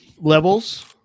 levels